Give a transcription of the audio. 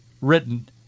written